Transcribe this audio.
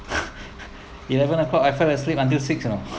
eleven o'clock I fell asleep until six you know